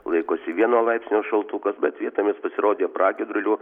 laikosi vieno laipsnio šaltukas bet vietomis pasirodė pragiedrulių